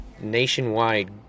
nationwide